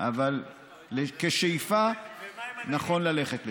אבל כשאיפה, נכון ללכת לשם.